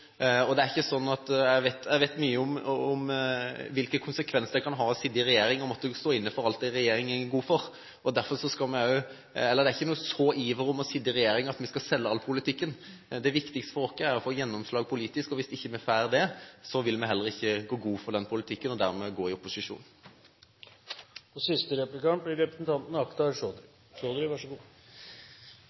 Jeg vet mye om hvilken konsekvens det kan ha å sitte i regjering og måtte stå inne for alt regjeringen går god for. Vi har ikke en slik iver etter å sitte i regjering at vi skal selge all politikken. Det viktigste for oss er å få gjennomslag politisk, og hvis vi ikke får det, vil vi heller ikke gå god for den politikken, og dermed gå i opposisjon.